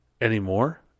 anymore